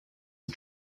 and